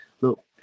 Look